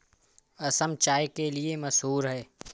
असम चाय के लिए मशहूर है